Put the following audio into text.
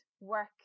work